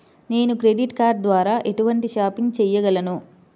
నేను credit card ద్వార ఎటువంటి షాపింగ్ చెయ్యగలను?